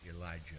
Elijah